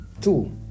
Two